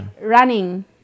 running